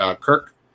Kirk